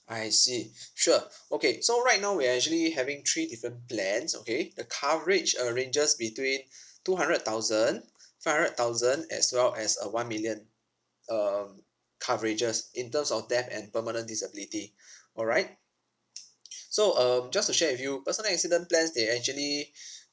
I see sure okay so right now we are actually having three different plans okay the coverage uh ranges between two hundred thousand five hundred thousand as well as uh one million um coverages in terms of death and permanent disability all right so um just to share with you personal accident plans they actually